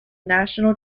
national